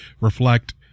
reflect